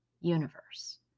universe